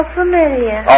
familiar